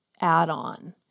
add-on